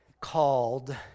called